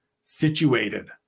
situated